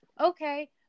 Okay